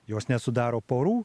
jos nesudaro porų